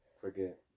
Forget